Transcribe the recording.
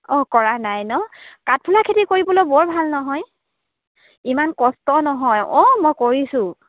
অঁ কৰা নাই নহ্ কাঠফুলা খেতি কৰিবলৈ বৰ ভাল নহয় ইমান কষ্ট নহয় অঁ মই কৰিছোঁ